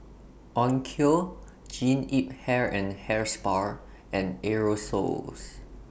Onkyo Jean Yip Hair and Hair Spa and Aerosoles